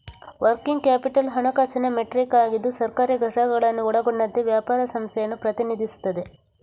working capital ಹಣಕಾಸಿನ metric ಆಗಿದ್ದು ಸರ್ಕಾರಿ ಘಟಕಗಳನ್ನು ಒಳಗೊಂಡಂತೆ ವ್ಯಾಪಾರ ಸಂಸ್ಥೆಯನ್ನು ಪ್ರತಿನಿಧಿಸುತ್ತದೆ